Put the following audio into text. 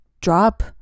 drop